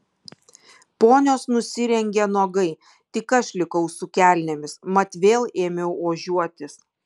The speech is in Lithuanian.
ponios nusirengė nuogai tik aš likau su kelnėmis mat vėl ėmiau ožiuotis